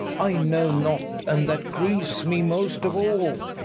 i know not and that grieves me most of all.